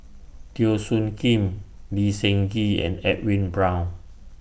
Teo Soon Kim Lee Seng Gee and Edwin Brown